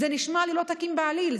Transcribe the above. זה נשמע לי לא תקין בעליל.